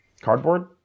cardboard